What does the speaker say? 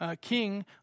king